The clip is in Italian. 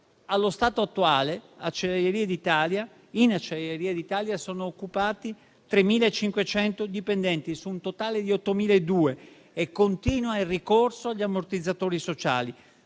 Allo stato attuale, in Acciaierie d'Italia (ADI) sono occupati 3.500 dipendenti, su un totale di 8.200, e continua il ricorso agli ammortizzatori sociali.